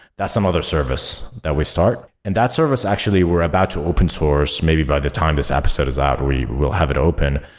that's some other service that we start. and that's service, actually, we're about to open source maybe by the time this episode is out. we will have it open.